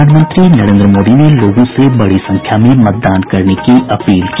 प्रधानमंत्री नरेन्द्र मोदी ने लोगों से बड़ी संख्या में मतदान करने की अपील की